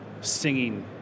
singing